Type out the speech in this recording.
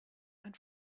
ein